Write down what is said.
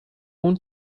اون